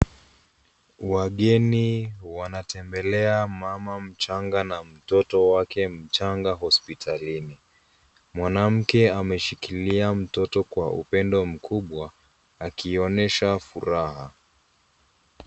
Wageni wanatembelea mama mchanga na mtoto wake mchanga hospitalini. Mwanamke ameshikilia mtoto kwa upendo mkubwa akionyesha furaha.